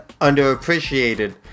underappreciated